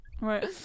Right